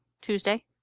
Tuesday